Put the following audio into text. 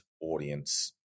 audience